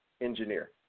engineer